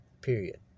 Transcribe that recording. Period